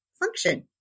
function